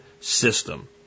system